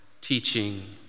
teaching